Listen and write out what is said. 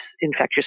infectious